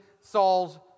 Saul's